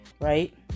right